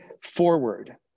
forward